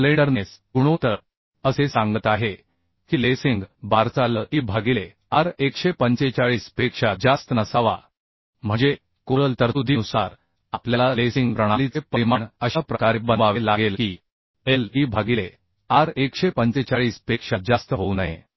slenderness गुणोत्तर असे सांगत आहे की लेसिंग बारचा L e भागिले R 145 पेक्षा जास्त नसावा म्हणजे कोरल तरतुदीनुसार आपल्याला लेसिंग प्रणालीचे परिमाण अशा प्रकारे बनवावे लागेल की L e भागिले R 145 पेक्षा जास्त होऊ नये